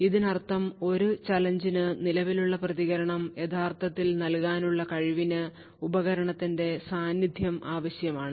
ഇതിനർത്ഥം ഒരു ചലഞ്ച് നു നിലവിലെ പ്രതികരണം യഥാർത്ഥത്തിൽ നൽകാനുള്ള കഴിവിന് ഉപകരണത്തിന്റെ സാന്നിധ്യം ആവശ്യമാണ്